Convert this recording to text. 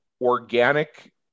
organic